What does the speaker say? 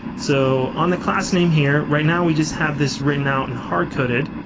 so on the class name here. right now we just have this written out and hard-coded.